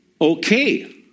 okay